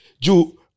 Ju